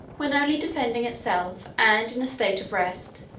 when only defending itself and in a state of rest,